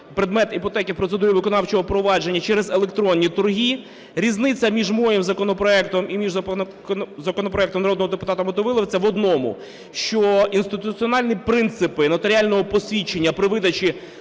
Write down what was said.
предмет іпотеки процедури виконавчого впровадження через електронні торги. Різниця між моїм законопроектом і між законопроектом народного депутата Мотовиловця в одному, що інституціональні принципи нотаріального посвідчення при видачі